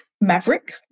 Maverick